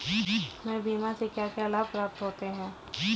हमें बीमा से क्या क्या लाभ प्राप्त होते हैं?